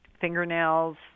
fingernails